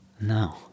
no